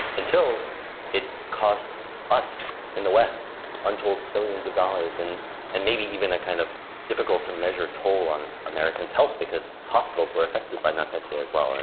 until it cost us in the west untold billions of dollars, and and maybe even a kind of difficult to measure toll on americans' health, because hospitals were affected by notpetya as well, and